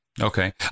Okay